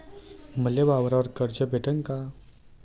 मले वावरावर कर्ज भेटन का?